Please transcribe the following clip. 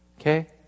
Okay